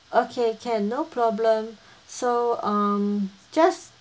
okay can no problem so um just